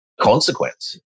consequence